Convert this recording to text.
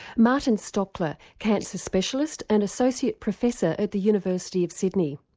martin stockler, cancer specialist and associate professor at the university of sydney.